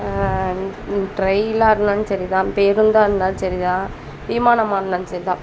ட்ரெயில்லாக இருந்தாலும் சரி தான் பேருந்தாக இருந்தாலும் சரி தான் விமானமாக இருந்தாலும் சரி தான்